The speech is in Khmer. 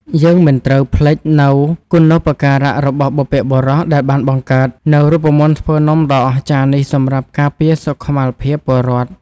យើងមិនត្រូវភ្លេចនូវគុណូបការៈរបស់បុព្វបុរសដែលបានបង្កើតនូវរូបមន្តធ្វើនំដ៏អស្ចារ្យនេះសម្រាប់ការពារសុខមាលភាពពលរដ្ឋ។